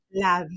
la